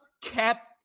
kept